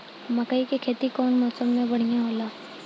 मकई के खेती कउन मौसम में बढ़िया होला?